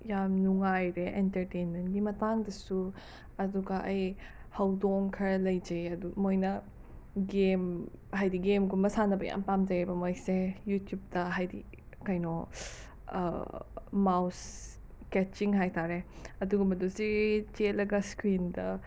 ꯌꯥꯝ ꯅꯨꯡꯉꯥꯏꯔꯦ ꯑꯦꯟꯇꯔꯇꯦꯟꯃꯦꯟꯒꯤ ꯃꯇꯥꯡꯗꯁꯨ ꯑꯗꯨꯒ ꯑꯩ ꯍꯧꯗꯣꯡ ꯈꯔ ꯂꯩꯖꯩ ꯑꯗꯨ ꯃꯣꯏꯅ ꯒꯦꯝ ꯍꯥꯏꯗꯤ ꯒꯦꯝꯒꯨꯝꯕ ꯁꯥꯟꯅꯕ ꯌꯥꯝ ꯄꯥꯝꯖꯩꯑꯕ ꯃꯣꯏꯁꯦ ꯌꯨꯇ꯭ꯌꯨꯕꯇ ꯍꯥꯏꯗꯤ ꯀꯩꯅꯣ ꯃꯥꯎꯁ ꯀꯦꯠꯆꯤꯡ ꯍꯥꯏꯇꯔꯦ ꯑꯗꯨꯒꯨꯝꯕꯗꯣ ꯆ꯭ꯔꯤꯠ ꯆꯦꯜꯂꯒ ꯁ꯭ꯀ꯭ꯔꯤꯟꯗ